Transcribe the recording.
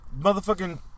motherfucking